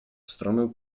stronę